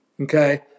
Okay